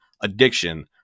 addiction